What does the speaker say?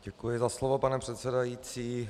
Děkuji za slovo, pane předsedající.